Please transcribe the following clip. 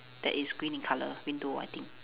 that is green in colour window I think